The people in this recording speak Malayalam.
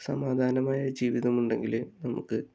സമാധാനമായ ജീവിതം ഉണ്ടെങ്കിലേ നമുക്ക്